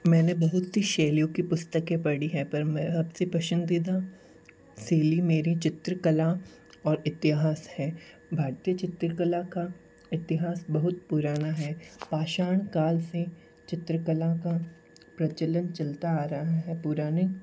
मैंने बहुत ही शैलियों की पुस्तकें पढ़ी है पर मैं आपसे पसंदीदा शैली मेरी चित्रकला और इतिहास है भारतीय चित्रकला का इतिहास बहुत पुराना है पाषाण काल से चित्रकला का प्रचलन चलता आ रहा है पुराने